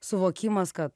suvokimas kad